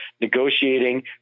negotiating